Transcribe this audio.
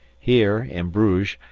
here, in bruges,